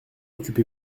occupez